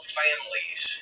families